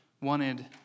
wanted